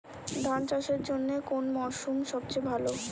ধান চাষের জন্যে কোন মরশুম সবচেয়ে ভালো?